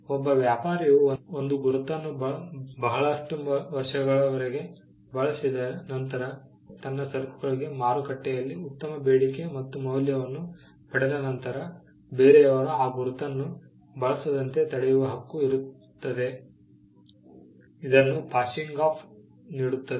ಒಬ್ಬ ವ್ಯಾಪಾರಿಯು ಒಂದು ಗುರುತನ್ನು ಬಹಳಷ್ಟು ವರ್ಷಗಳವರೆಗೆ ಬಳಸಿದ ನಂತರ ಆಮೇಲೆ ತನ್ನ ಸರಕುಗಳಿಗೆ ಮಾರುಕಟ್ಟೆಯಲ್ಲಿ ಉತ್ತಮ ಬೇಡಿಕೆ ಮತ್ತು ಮೌಲ್ಯವನ್ನು ಪಡೆದ ನಂತರ ಬೇರೆಯವರು ಆ ಗುರುತನ್ನು ಬಳಸದಂತೆ ತಡೆಯುವ ಹಕ್ಕು ಇರುತ್ತದೆ ಅದನ್ನು ಪಾಸಿಂಗ್ ಆಫ್ ನೀಡುತ್ತದೆ